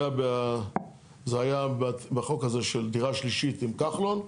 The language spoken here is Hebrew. זה היה בחוק של דירה שלישית עם כחלון,